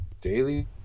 Daily